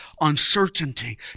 uncertainty